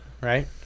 right